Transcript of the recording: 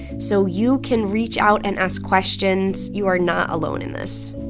so you can reach out and ask questions. you are not alone in this